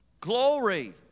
Glory